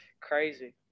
crazy